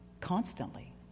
Constantly